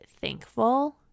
thankful